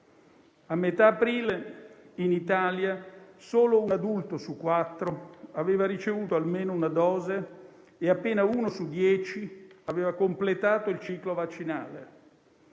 A metà aprile in Italia solo un adulto su quattro aveva ricevuto almeno una dose e appena uno su dieci aveva completato il ciclo vaccinale.